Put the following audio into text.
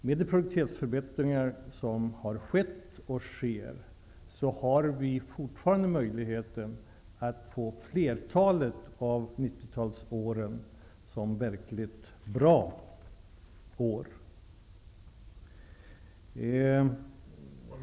Med de produktivitetsförbättringar som har skett och sker finns det en möjlighet att ett flertal av åren under 90-talet blir riktigt bra år.